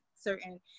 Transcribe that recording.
certain